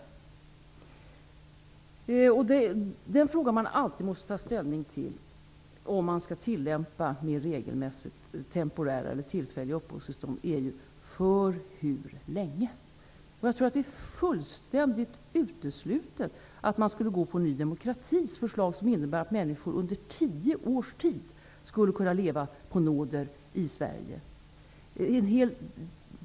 Om man mer regelmässigt skall tillämpa temporära eller tillfälliga uppehållstillstånd måste man alltid ta ställning till frågan: för hur länge? Det är fullständigt uteslutet att man skulle gå på Ny demokratis förslag, som innebär att människor under tio års tid skulle kunna leva på nåder i Sverige.